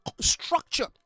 structure